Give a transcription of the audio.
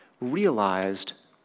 realized